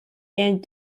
and